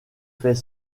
fait